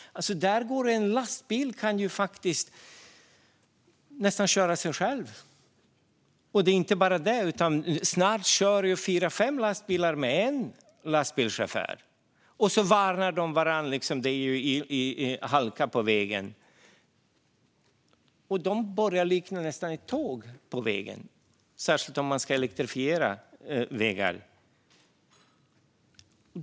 I dag kan en lastbil nästan köra sig själv. Och inte bara det, utan snart körs fyra eller fem lastbilar av en och samma lastbilschaufför. Och så varnar de varandra om det är halka på vägen. Det liknar nästan ett tåg på vägen, särskilt om man elektrifierar vägar.